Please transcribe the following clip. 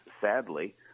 sadly